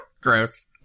gross